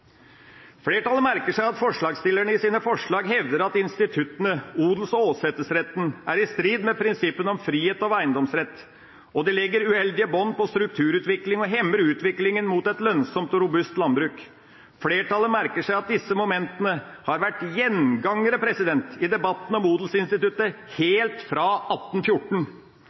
Flertallet merker seg at forslagsstillerne i sine forslag hevder at instituttene, odels- og åsetesretten, er i strid med prinsippene om frihet og eiendomsrett, og at de legger uheldige bånd på strukturutvikling og hemmer utviklingen mot et lønnsomt og robust landbruk. Flertallet merker seg at disse momentene har vært gjengangere i debatten om odelsinstituttet helt fra 1814.